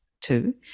two